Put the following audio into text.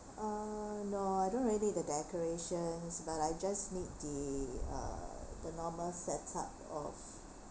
ah no I don't need the decoration but I just need the uh the normal set up of